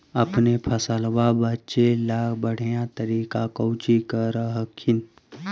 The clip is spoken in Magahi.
अपने फसलबा बचे ला बढ़िया तरीका कौची कर हखिन?